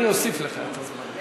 אני אוסיף לך את הזמן.